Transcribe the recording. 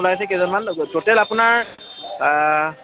ওলাইছে কেইজনমান ট'টেল আপোনাৰ